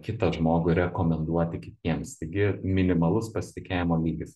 kitą žmogų rekomenduoti kitiems taigi minimalus pasitikėjimo lygis